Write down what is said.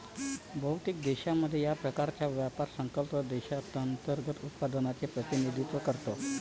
बहुतेक देशांमध्ये, या प्रकारचा व्यापार सकल देशांतर्गत उत्पादनाचे प्रतिनिधित्व करतो